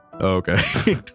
Okay